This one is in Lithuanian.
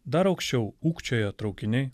dar aukščiau ūkčioja traukiniai